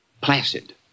Placid